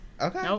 Okay